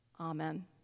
Amen